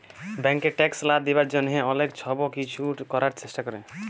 ব্যাংকে ট্যাক্স লা দিবার জ্যনহে অলেক ছব কিছু ক্যরার চেষ্টা ক্যরে